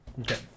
Okay